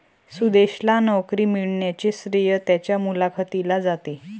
सुदेशला नोकरी मिळण्याचे श्रेय त्याच्या मुलाखतीला जाते